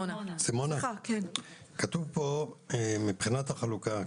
כתוב פה - מבחינת החלוקה,